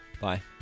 Bye